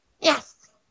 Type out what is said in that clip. Yes